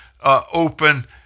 Open